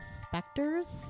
specters